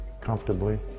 comfortably